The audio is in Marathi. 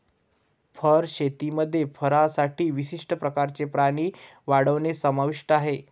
फर शेतीमध्ये फरसाठी विशिष्ट प्रकारचे प्राणी वाढवणे समाविष्ट आहे